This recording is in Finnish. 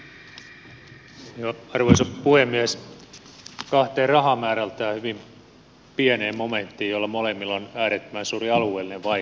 kahdesta rahamäärältään hyvin pienestä momentista joilla molemmilla on äärettömän suuri alueellinen vaikutus